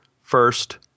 First